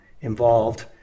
involved